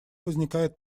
возникает